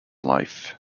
life